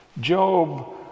Job